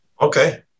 okay